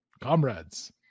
comrades